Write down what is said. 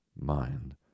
mind